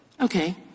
Okay